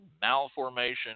malformation